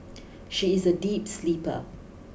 she is a deep sleeper